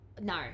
No